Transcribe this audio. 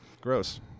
Gross